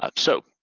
ah so,